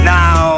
now